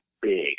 big